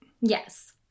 Yes